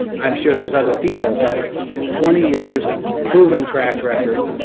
i'm sure there's other people, but twenty years proven track record.